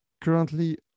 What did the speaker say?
currently